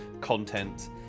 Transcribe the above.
content